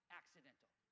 accidental